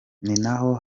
ninaho